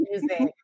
music